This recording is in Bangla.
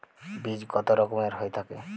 বীজ কত রকমের হয়ে থাকে?